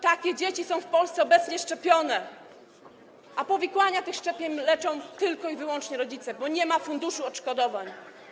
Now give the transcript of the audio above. Takie dzieci są w Polsce obecnie szczepione, a powikłania po tych szczepieniach leczą tylko i wyłącznie rodzice, bo nie ma funduszu odszkodowań.